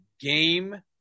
game